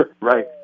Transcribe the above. Right